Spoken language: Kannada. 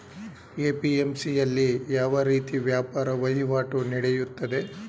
ಎ.ಪಿ.ಎಂ.ಸಿ ಯಲ್ಲಿ ಯಾವ ರೀತಿ ವ್ಯಾಪಾರ ವಹಿವಾಟು ನೆಡೆಯುತ್ತದೆ?